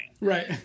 Right